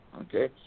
okay